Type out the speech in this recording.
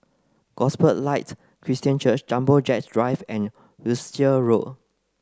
Gospel Light Christian Church Jumbo Jet Drive and Wiltshire Road